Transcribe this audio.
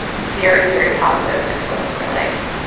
very, very positive influence in my life.